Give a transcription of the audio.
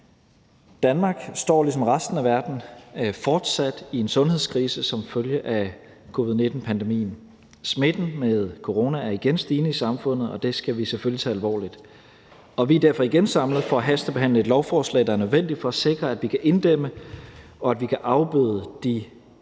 Danmark står ligesom resten af verden fortsat i en sundhedskrise som følge af covid-19-pandemien, smitten med corona er igen stigende i samfundet, og det skal vi selvfølgelig tage alvorligt, og vi er derfor igen samlet for at hastebehandle et lovforslag, der er nødvendigt for at sikre, at vi kan inddæmme, og at vi kan afbøde de